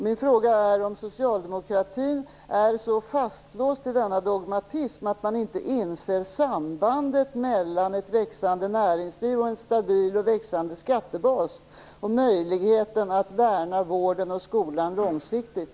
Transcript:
Min fråga är: Är socialdemokratin så fastlåst i denna dogmatism att man inte inser sambandet mellan ett växande näringsliv, en stabil och växande skattebas och möjligheten att värna vården och skolan långsiktigt?